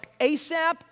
ASAP